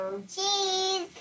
Cheese